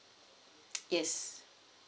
yes